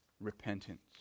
repentance